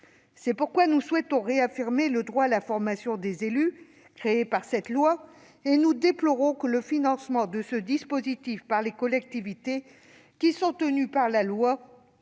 C'est pourquoi nous souhaitons réaffirmer le droit à la formation des élus créé par cette loi et nous déplorons que le financement de ce dispositif par les collectivités, qui sont tenues par la loi